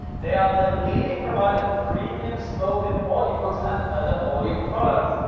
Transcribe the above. they are the leading provider of premium spoken audio books and other audio products,